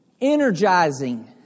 Energizing